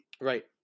Right